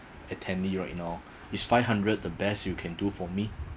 attendee right now is five hundred the best you can do for me